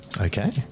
Okay